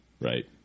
right